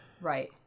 right